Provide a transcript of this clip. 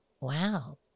wow